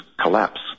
collapse